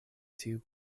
tiu